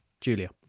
Julia